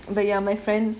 but ya my friend